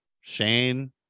Shane